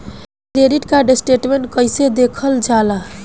Credit card statement कइसे देखल जाला?